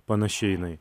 panaši jinai